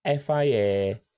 FIA